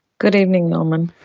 good evening norman.